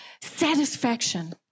satisfaction